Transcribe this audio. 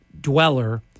dweller